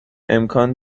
امکان